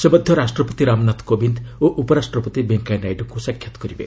ସେ ମଧ୍ୟ ରାଷ୍ଟ୍ରପତି ରାମନାଥ କୋବିନ୍ଦ ଓ ଉପରାଷ୍ଟ୍ରପତି ଭେଙ୍କୟା ନାଇଡୁଙ୍କୁ ସାକ୍ଷାତ କରିବେ